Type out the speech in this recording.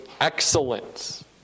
excellence